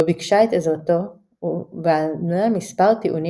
בו ביקשה את עזרתו ובעלה מספר טיעונים